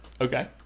Okay